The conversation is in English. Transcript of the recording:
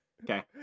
Okay